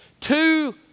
Two